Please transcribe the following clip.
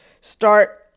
start